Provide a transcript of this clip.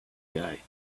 guy